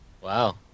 Wow